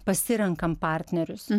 pasirenkam partnerius